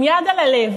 עם יד על הלב,